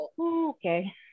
Okay